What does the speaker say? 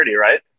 right